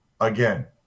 again